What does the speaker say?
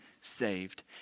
saved